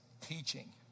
teaching